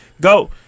Go